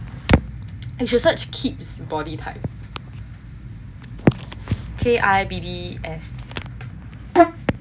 you should search kibbs body type K I B B S